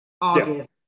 August